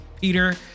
peter